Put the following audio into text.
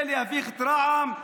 זה להביך את רע"מ?